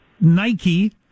Nike